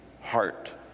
heart